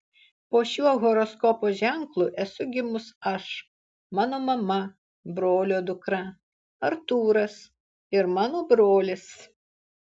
po šiuo horoskopo ženklu esu gimus aš mano mama brolio dukra artūras ir mano brolis